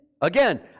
again